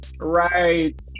right